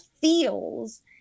feels